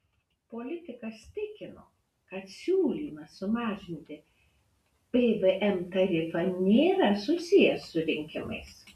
politikas tikino kad siūlymas sumažinti pvm tarifą nėra susijęs su rinkimais